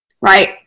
Right